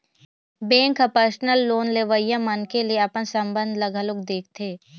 bank ह personal loan लेवइया मनखे ले अपन संबंध ल घलोक देखथे